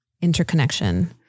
interconnection